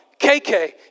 KK